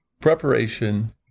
preparation